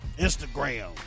Instagram